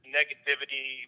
negativity